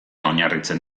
oinarritzen